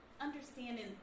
understanding